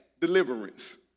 deliverance